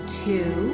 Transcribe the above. two